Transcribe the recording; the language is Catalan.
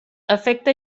afecta